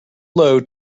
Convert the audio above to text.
load